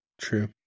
True